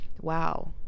wow